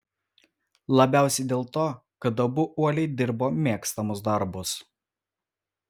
labiausiai dėl to kad abu uoliai dirbo mėgstamus darbus